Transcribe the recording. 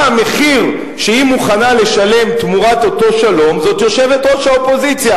המחיר שהיא מוכנה לשלם תמורת אותו שלום זאת יושבת-ראש האופוזיציה.